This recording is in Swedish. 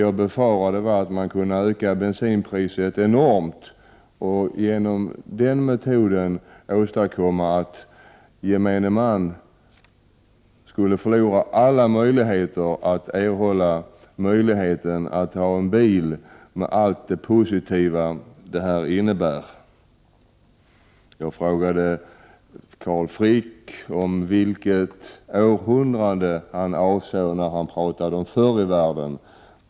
Jag befarade att bensinpriset kunde höjas enormt och genom den metoden åstadkomma att gemene man skulle förlora alla möjligheter att ha en bil med allt det positiva som det innebär. Jag frågade Carl Frick om vilket århundrade han avsåg då han talade om ”förr i världen”.